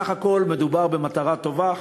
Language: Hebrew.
בסך הכול מדובר במטרה טובה,